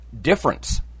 difference